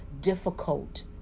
difficult